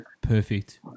Perfect